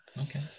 Okay